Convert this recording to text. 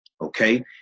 Okay